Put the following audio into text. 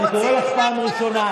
אני קורא אותך פעם ראשונה.